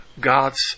God's